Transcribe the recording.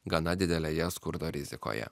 gana didelėje skurdo rizikoje